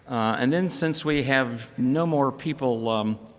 and then since we have no more people like um